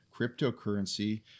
cryptocurrency